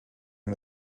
one